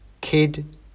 Kid